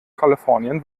kalifornien